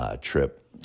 trip